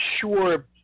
sure